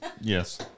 Yes